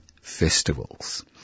festivals